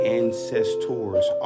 ancestors